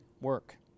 work